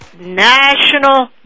National